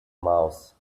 mouse